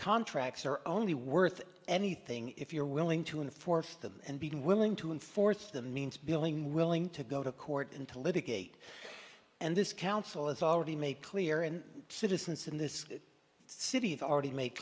contracts are only worth anything if you're willing to enforce them and being willing to enforce them means billing willing to go to court and to litigate and this council has already made clear and citizens in this city that already make